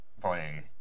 playing